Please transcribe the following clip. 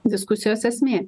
diskusijos esmė